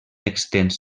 extens